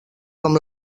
com